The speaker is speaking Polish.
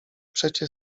przecie